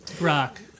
Rock